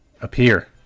appear